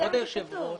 אבל על פי הרציונל הזה